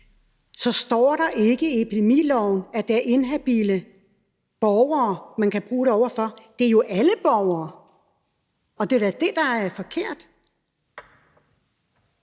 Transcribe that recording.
står der ikke i epidemiloven, at det er inhabile borgere, man kan bruge det over for, det er jo over for alle borgere, og det er jo da det, der er forkert.